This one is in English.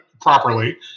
properly